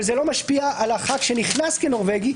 אבל זה לא משפיע על חבר הכנסת שנכנס כנורבגי,